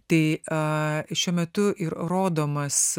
tai šiuo metu ir rodomas